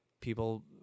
people